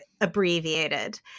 abbreviated